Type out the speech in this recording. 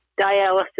dialysis